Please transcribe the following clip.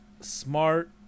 smart